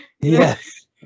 yes